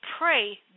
pray